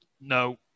No